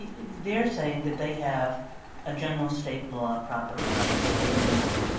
yeah they're saying that they have a general state law property right in the money.